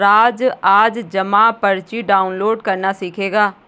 राज आज जमा पर्ची डाउनलोड करना सीखेगा